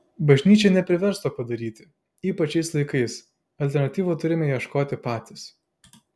bažnyčia neprivers to padaryti ypač šiais laikais alternatyvų turime ieškoti patys